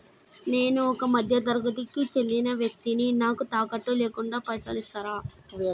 నేను ఒక మధ్య తరగతి కి చెందిన వ్యక్తిని నాకు తాకట్టు లేకుండా పైసలు ఇస్తరా?